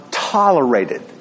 tolerated